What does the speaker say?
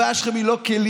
הבעיה שלכם היא לא כלים,